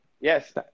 yes